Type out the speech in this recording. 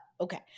okay